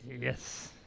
Yes